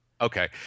okay